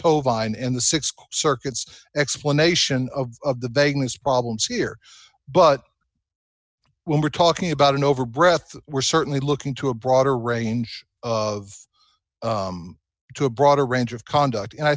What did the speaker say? tovah and the th circuits explanation of the vagueness problems here but when we're talking about an over breath we're certainly looking to a broader range of to a broader range of conduct and i